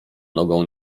nogą